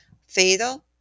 Fatal